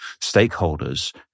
stakeholders